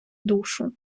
душу